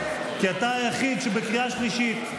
כי אתה היחיד שבקריאה שלישית,